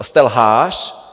Jste lhář.